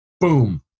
boom